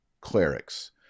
clerics